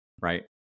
right